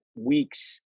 weeks